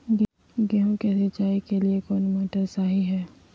गेंहू के सिंचाई के लिए कौन मोटर शाही हाय?